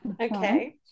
Okay